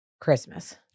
Christmas